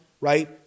right